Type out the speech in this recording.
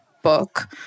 book